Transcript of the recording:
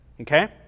okay